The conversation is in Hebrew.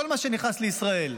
כל מה שנכנס לישראל,